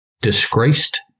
Disgraced